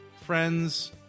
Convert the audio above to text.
Friends